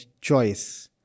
choice